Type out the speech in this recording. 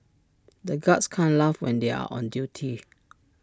the guards can't laugh when they are on duty